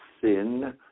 sin